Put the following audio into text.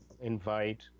invite